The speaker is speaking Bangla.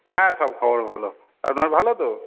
হ্যাঁ সব খবর ভালো আপনার ভালো তো